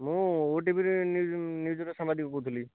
ମୁଁ ଓଟିଭିରେ ନ୍ୟୁଜ୍ର ସାମ୍ବାଦିକ କହୁଥିଲି